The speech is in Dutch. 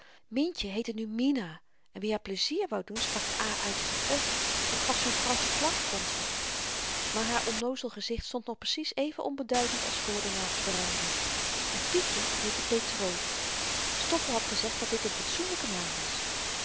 myntje heette nu mina en wie haar pleizier woû doen sprak de a uit als een e dat gaf zoo'n fransche klank vond ze maar haar onnoozel gezicht stond nog precies even onbeduidend als voor de naamsverandering en pietje heette petr stoffel had gezegd dat dit een fatsoenlyke naam was